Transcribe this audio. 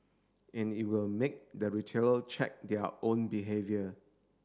and it will make the retailer check their own behaviour